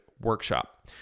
workshop